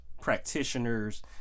practitioners